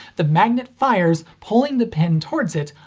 the magnet fires, pulling the pin towards it,